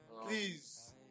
Please